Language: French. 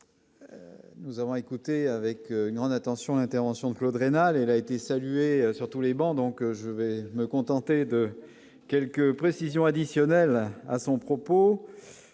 Nous avons écouté avec grande attention l'intervention de Claude rénal et elle a été saluée sur tous les bancs, donc je vais me contenter de quelques précisions additionnelles à son propos,